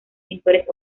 pintores